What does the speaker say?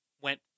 went